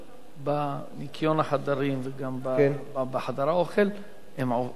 בניקיון החדרים וגם בחדר האוכל הם מסתננים.